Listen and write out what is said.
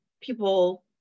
people